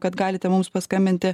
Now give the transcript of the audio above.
kad galite mums paskambinti